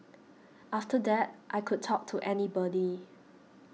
after that I could talk to anybody